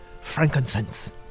Frankincense